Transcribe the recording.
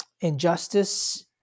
injustice